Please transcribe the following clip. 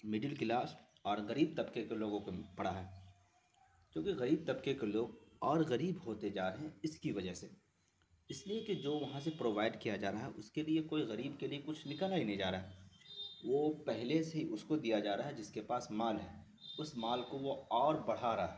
middle class اور غریب طبقے کے لوگوں کو پڑا ہے چونکہ غریب طبقے کے لوگ اور غریب ہوتے جا رہے ہیں اس کی وجہ سے اس لیے کہ جو وہاں سے پرووائڈ کیا جا رہا ہے اس کے لیے کوئی غریب کے لیے کچھ نکالا ہی نہیں جا رہا ہے وہ پہلے سے اس کو دیا جا رہا ہے جس کے پاس مال ہے اس مال کو وہ اور بڑھا رہا ہے